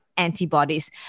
Antibodies